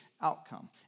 outcome